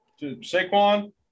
Saquon